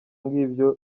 ngibyo